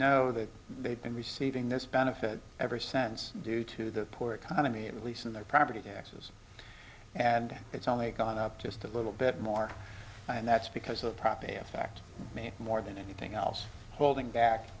know that they've been receiving this benefit ever sense due to the poor economy at least in their property taxes and it's only gone up just a little bit more and that's because of prop eight fact made more than anything else holding back